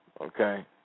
Okay